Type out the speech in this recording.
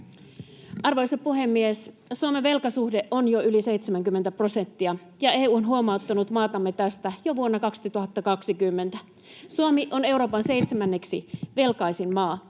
Arvoisa puhemies! Suomen velkasuhde on jo yli 70 prosenttia, ja EU on huomauttanut maatamme tästä jo vuonna 2020. Suomi on Euroopan seitsemänneksi velkaisin maa.